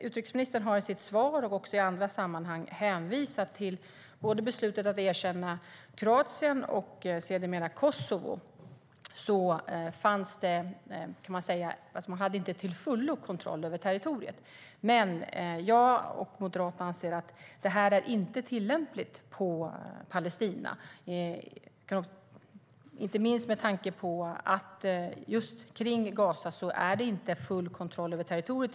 Utrikesministern har nämligen i sitt svar och i andra sammanhang hänvisat till beslutet att erkänna Kroatien och sedermera Kosovo som inte till fullo hade kontroll över territoriet. Men jag och Moderaterna anser att detta inte är tillämpligt på Palestina, inte minst med tanke på att man just kring Gaza inte har full kontroll över territoriet.